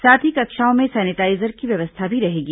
साथ ही कक्षाओं में सैनिटाईजर की व्यवस्था भी रहेगी